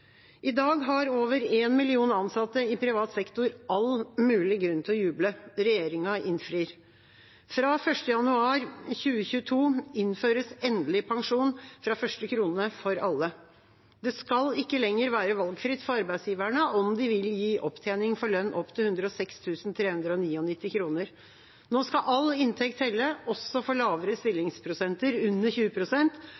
I dag har over én million ansatte i privat sektor all mulig grunn til å juble. Regjeringa innfrir. Fra 1. januar 2022 innføres det endelig pensjon fra første krone for alle. Det skal ikke lenger være valgfritt for arbeidsgiverne om de vil gi opptjening for lønn opptil 106 399 kr. Nå skal all inntekt telle, også for lavere